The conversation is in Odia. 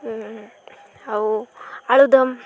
ଆଉ ଆଳୁଦମ୍